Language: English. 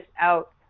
out